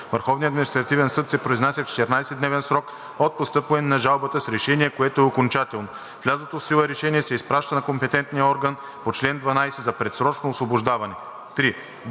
Върховният административен съд се произнася в 14-дневен срок от постъпване на жалбата с решение, което е окончателно. Влязлото в сила решение се изпраща на компетентния орган по чл. 12 за предсрочно освобождаване.“